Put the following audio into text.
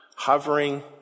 hovering